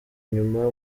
nyuma